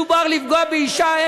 מדובר בלפגוע באישה,